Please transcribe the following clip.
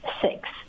six